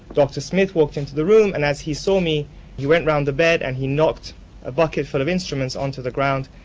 dr smith walked into the room and as he saw me he went around the bed and he knocked a bucket full of instruments onto the ground,